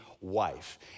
wife